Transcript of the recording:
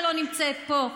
שלא נמצאת פה.